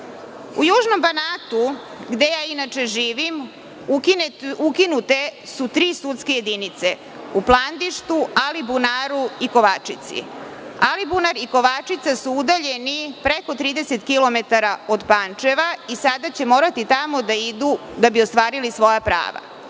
južnom Banatu, gde ja inače živim, ukinute su tri sudske jedinice – u Plandištu, Alibunaru i Kovačici. Alibunar i Kovačica su udaljeni preko 30 kilometara od Pančeva i sada će morati tamo da idu da bi ostvarili svoja prava. Hoću